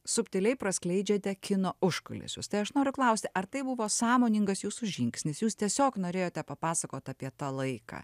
subtiliai praskleidžiate kino užkulisius tai aš noriu klausti ar tai buvo sąmoningas jūsų žingsnis jūs tiesiog norėjote papasakot apie tą laiką